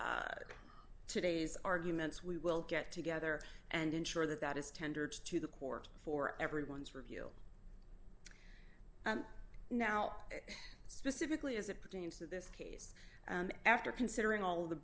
today's arguments we will get together and ensure that that is tendered to the court for everyone's review and now specifically as it pertains to this case and after considering all of the